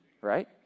right